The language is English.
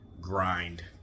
grind